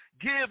give